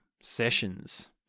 sessions